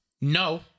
No